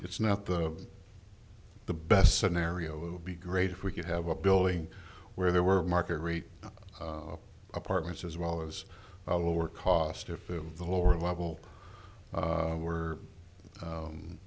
it's not the the best scenario would be great if we could have a building where there were market rate apartments as well as a lower cost if the lower level were